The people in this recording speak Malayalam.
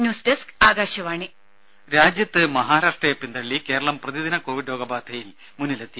ന്യൂസ് ഡെസ്ക് ആകാശവാണി രാജ്യത്ത് മഹാരാഷ്ട്രയെ പിന്തള്ളി കേരളം പ്രതിദിന കോവിഡ് രോഗ ബാധയിൽ മുന്നിലെത്തി